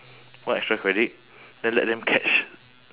one extra credit then let them catch